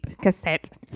Cassette